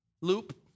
loop